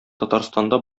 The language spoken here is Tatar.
татарстанда